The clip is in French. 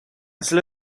cela